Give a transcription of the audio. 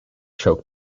choke